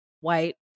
white